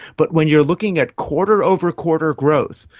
but when you are looking at quarter over quarter growth,